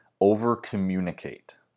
over-communicate